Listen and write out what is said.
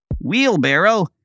wheelbarrow